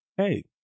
Hey